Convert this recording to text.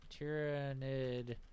tyranid